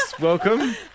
Welcome